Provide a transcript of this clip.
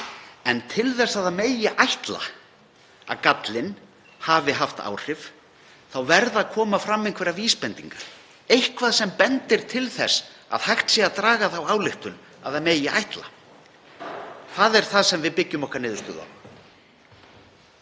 En til þess að ætla megi að gallinn hafi haft áhrif verða að koma fram einhverjar vísbendingar, eitthvað sem bendir til þess að hægt sé að draga þá ályktun að svo megi ætla. Það er það sem við byggjum niðurstöðu